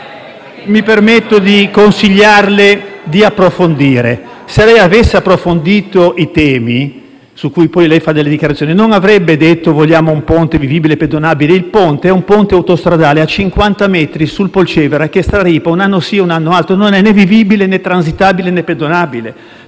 Mi permetto di consigliarle di approfondire. Se lei avesse approfondito i temi su cui poi rilascia dichiarazioni, non avrebbe detto di volere un ponte vivibile e pedonabile, perché si tratta di un ponte autostradale a 50 metri sul Polcevera, che straripa un anno sì e l'altro anche, non è né vivibile, né transitabile, né pedonabile.